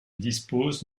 dispose